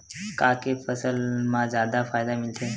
का के फसल मा जादा फ़ायदा मिलथे?